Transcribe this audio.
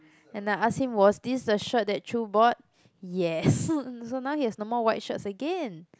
and I ask him was this the shirt that Chew bought yes so now he has no more white shirts again